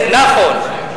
נכון,